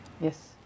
Yes